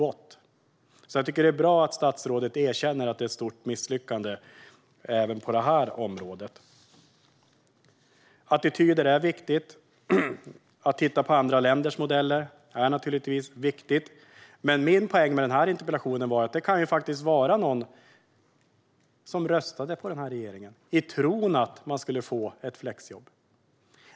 Jag tycker att det är bra att statsrådet erkänner att det är ett stort misslyckande även på det här området. Attityder är viktiga. Att titta på andra länders modeller är naturligtvis viktigt. Men min poäng med den här interpellationen är att det faktiskt kan ha varit någon som röstade på den här regeringen i tron att de skulle få ett flexjobb.